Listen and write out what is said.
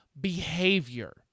behavior